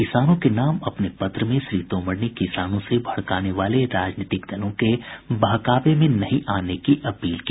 किसानों के नाम अपने पत्र में श्री तोमर ने किसानों से भड़काने वाले राजनीतिक दलों के बहकावे में नहीं आने की अपील की